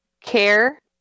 care